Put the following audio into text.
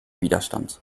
widerstand